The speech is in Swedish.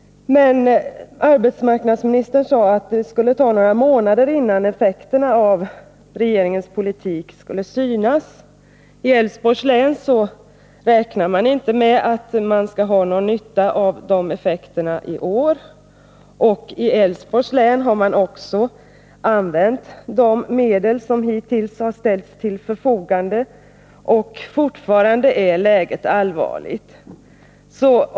Arbetsmarknadsministern sade att det skulle ta några månader innan effekterna av regeringens politik skulle synas. I Älvsborgs län räknar man inte med att man skall ha någon nytta av de effekterna i år. I Älvsborgs län har man också använt de medel som hittills ställts till förfogande, och fortfarande är läget allvarligt.